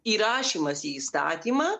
įrašymas į įstatymą